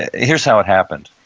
here's how it happened.